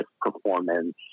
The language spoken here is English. performance